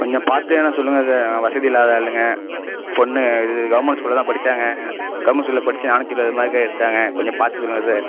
கொஞ்சம் பார்த்து எதனால் சொல்லுங்கள் சார் நாங்கள் வசதியில்லாத ஆளுங்க பொண்ணு இது கவர்மெண்ட் ஸ்கூலில் தான் படிச்சாங்க கவர்மெண்ட் ஸ்கூலில் படித்து நானூற்றி பதிமூணு மார்க்கு எடுத்தாங்க கொஞ்சம் பார்த்து சொல்லுங்கள் சார்